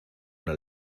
una